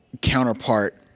Counterpart